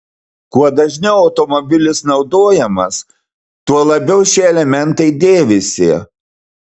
kuo dažniau automobilis naudojamas tuo labiau šie elementai dėvisi